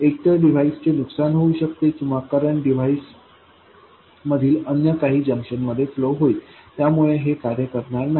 एकतर डिव्हाइसचे नुकसान होऊ शकते किंवा करंट डिव्हाइस मधील अन्य काही जंक्शनमध्ये फ्लो होईल आणि त्यामुळे हे कार्य करणार नाही